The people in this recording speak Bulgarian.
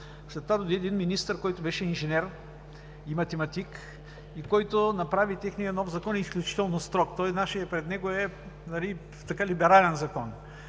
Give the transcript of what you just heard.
След това дойде един министър, който беше инженер и математик и който направи техния нов Закон изключително строг. Нашият пред него е либерален Закон.